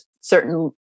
certain